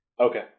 Okay